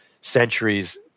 centuries